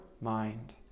mind